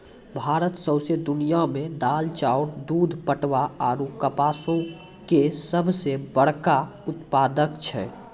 भारत सौंसे दुनिया मे दाल, चाउर, दूध, पटवा आरु कपासो के सभ से बड़का उत्पादक छै